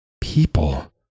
People